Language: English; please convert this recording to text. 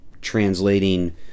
translating